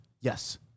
Yes